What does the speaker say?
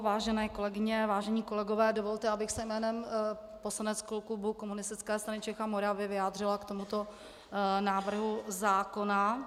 Vážené kolegyně, vážení kolegové, dovolte, abych se jménem poslaneckého klubu Komunistické strany Čech a Moravy vyjádřila k tomuto návrhu zákona.